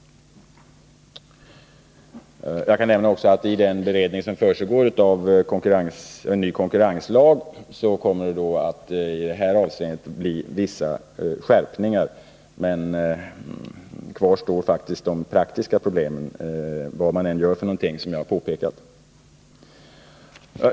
Jag kan också nämna att i den beredning som pågår av en ny konkurrenslag kommer vissa skärpningar till stånd i det här avseendet, men kvar står faktiskt, vad man än gör, de praktiska problemen, vilket jag påpekat.